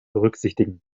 berücksichtigen